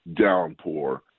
downpour